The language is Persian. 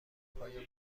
پایان